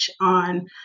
on